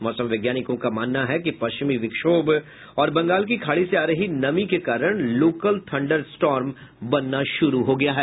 मौसम वैज्ञानिकों का मानना है कि पश्चिमी विक्षोभ और बंगाल की खाड़ी से आ रही नमी के कारण लोकल थंडर स्टॉर्म बनना शुरू हो गया है